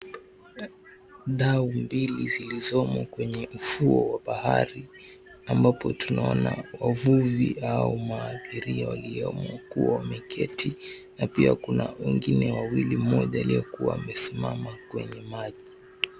Dau mbili zilizomo kwenye ufuo wa bahari, ambapo tunaona wavuvi au maabiria waliomo wameketi na pia kuna wengine wawili, mmoja aliyekuwa amesimama kwenye maji.